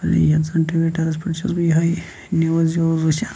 پَتہٕ ییٚلہِ اِنسان ٹُوِٹَرَس پٮ۪ٹھ چھُس بہٕ یِہٕے نِوٕز وِوٕز وٕچھان